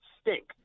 stink